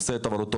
עושה את עבודתו,